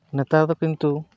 ᱱᱮᱛᱟᱨ ᱫᱚ ᱠᱤᱱᱛᱩ